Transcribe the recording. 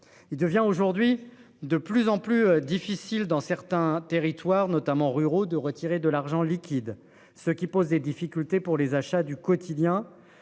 Il devient aujourd'hui de plus en plus difficile dans certains territoires notamment ruraux de retirer de l'argent liquide, ce qui pose des difficultés pour les achats du quotidien